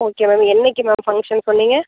okay ma'am என்னைக்கு ma'am function சொன்னீங்க